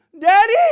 Daddy